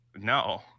No